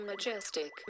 Majestic